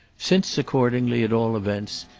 since, accordingly, at all events,